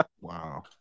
Wow